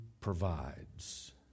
provides